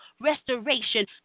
restoration